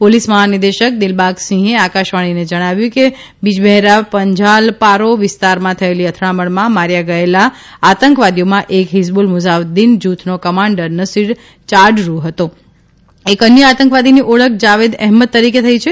police મહાનિદેશક દિલબાગ સિંહે આકાશવાણીને જણાવ્યું કે બિજબહેરાના પંઝાલપારો વિસ્તારમાં થયેલી અથડામણમાં માર્યા ગયેલા આતંકવાદીઓમાં એક હિજબૂલ મુજાફીદીન જુથનો કમાંડર નસીર યાડરુ હતો એક અન્ય આતંકવાદીની ઓળખ જાવેદ અહેમદ તરીકે થઇ છે